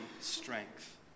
strength